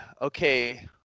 okay